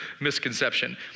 misconception